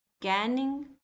canning